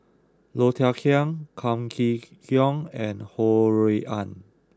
Low Thia Khiang Kam Kee Yong and Ho Rui An